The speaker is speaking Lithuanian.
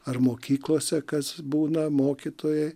ar mokyklose kas būna mokytojai